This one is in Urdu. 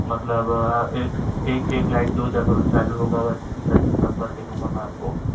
مطلب ایک لائٹ دو جگہ چالو ہوگا ویسے ہی فٹنگ سب کر کے دوں گا میں آپ کو